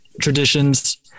traditions